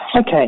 Okay